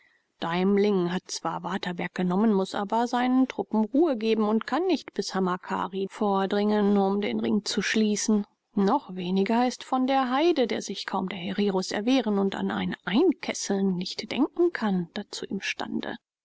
deimling hat zwar waterberg genommen muß aber seinen truppen ruhe geben und kann nicht bis hamakari vordringen um den ring zu schließen noch weniger ist von der heyde der sich kaum der hereros erwehren und an ein einkreisen nicht denken kann dazu im stande